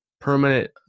permanent